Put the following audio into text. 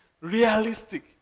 realistic